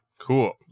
Cool